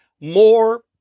more